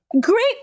Great